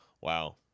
wow